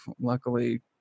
luckily